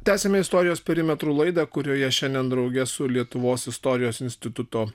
tęsiame istorijos perimetrų laidą kurioje šiandien drauge su lietuvos istorijos instituto